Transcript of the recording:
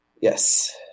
Yes